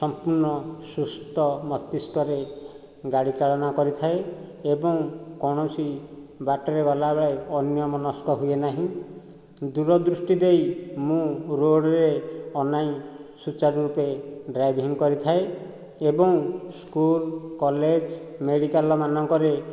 ସମ୍ପୂର୍ଣ୍ଣ ସୁସ୍ଥ ମସ୍ତିଷ୍କରେ ଗାଡ଼ି ଚାଳନ କରିଥାଏ ଏବଂ କୌଣସି ବାଟରେ ଗଲାବେଳେ ଅନ୍ୟମନସ୍କ ହୁଏ ନାହିଁ ଦୁରଦୃଷ୍ଟି ଦେଇ ମୁଁ ରୋଡ଼ରେ ଅନାଇ ସୁଚାରୁ ରୂପେ ଡ୍ରାଇଭିଙ୍ଗ କରିଥାଏ ଏବଂ ସ୍କୁଲ କଲେଜ ମେଡ଼ିକାଲ ମାନଙ୍କରେ